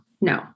no